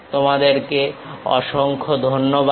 তোমাদেরকে অসংখ্য ধন্যবাদ